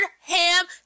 ham